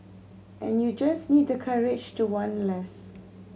and you just need the courage to want less